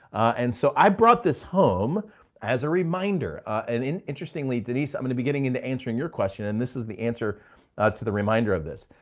and so i brought this home as a reminder. and interestingly, denise, i'm gonna be getting into answering your question and this is the answer to the reminder of this.